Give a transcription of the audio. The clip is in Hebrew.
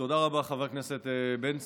תודה רבה, חבר הכנסת בן צור.